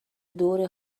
دور